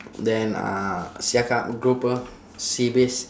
then uh siakap grouper sea bass